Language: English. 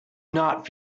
not